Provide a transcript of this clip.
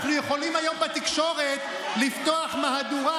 אנחנו יכולים היום בתקשורת לפתוח מהדורה